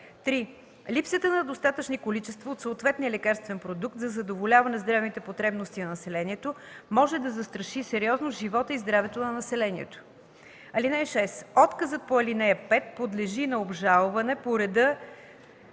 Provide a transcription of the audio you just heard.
3. липсата на достатъчни количества от съответния лекарствен продукт за задоволяване здравните потребности на населението може да застраши сериозно живота и здравето на населението. (6) Отказът по ал. 5 подлежи на обжалване по реда